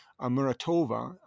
Muratova